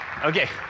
Okay